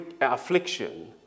affliction